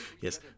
Yes